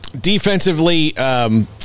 defensively